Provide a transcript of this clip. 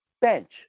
bench